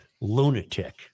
lunatic